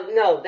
no